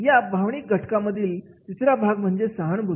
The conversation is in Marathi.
या भावनिक घटकांमधील तिसरा भाग म्हणजे सहानुभूती